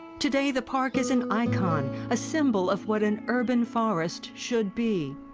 today, the park is an icon, a symbol of what an urban forest should be.